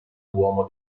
uomo